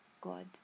God